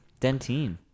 dentine